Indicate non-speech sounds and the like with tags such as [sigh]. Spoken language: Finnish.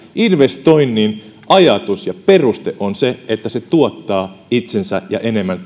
investoinnin ajatus ja peruste on se että se tuottaa takaisin itsensä ja enemmän [unintelligible]